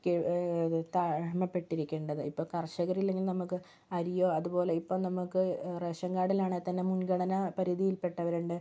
ഏത് താഴ്മപ്പെട്ടിരിക്കേണ്ടത് ഇപ്പം കർഷകരില്ലെങ്കിൽ നമുക്ക് അരിയോ അതുപോലെ ഇപ്പം നമുക്ക് റേഷൻ കാർഡിലാണെ തന്നെ മുൻഗണന പരിധിയിൽ പെട്ടവരുണ്ട്